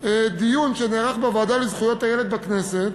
דיון שנערך בוועדה לזכויות הילד בכנסת